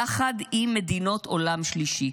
יחד עם מדינות עולם שלישי.